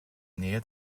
nähe